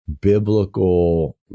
biblical